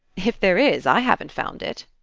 if there is, i haven't found it!